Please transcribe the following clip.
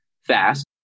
fast